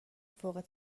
فوق